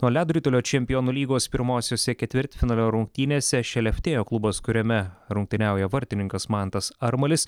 o ledo ritulio čempionų lygos pirmosiose ketvirtfinalio rungtynėse šelechtėjo klubas kuriame rungtyniauja vartininkas mantas armalis